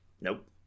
Nope